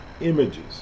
images